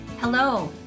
hello